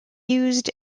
used